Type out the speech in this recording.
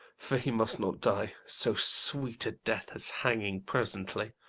for he must not die so sweet a death as hanging presently.